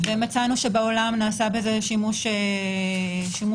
ומצאנו שבעולם נעשה בזה שימוש רב.